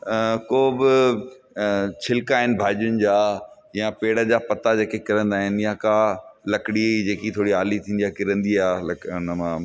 को बि छिल्का आहिनि भाॼियुनि जा या पेड़ जा पत्ता जेके किरंदा आहिनि या का लकड़ी जेकी थोरी आली थींदी आहे किरंदी आहे उन मां